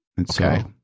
Okay